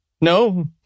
no